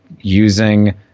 using